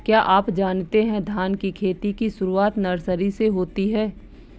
क्या आप जानते है धान की खेती की शुरुआत नर्सरी से होती है?